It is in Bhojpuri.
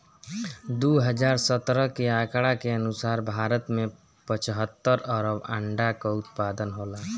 दू हज़ार सत्रह के आंकड़ा के अनुसार भारत में पचहत्तर अरब अंडा कअ उत्पादन होला